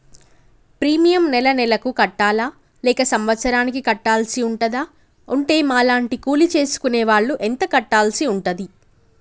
Premium నెల నెలకు కట్టాలా లేక సంవత్సరానికి కట్టాల్సి ఉంటదా? ఉంటే మా లాంటి కూలి చేసుకునే వాళ్లు ఎంత కట్టాల్సి ఉంటది?